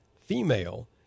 female